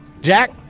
Jack